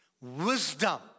Wisdom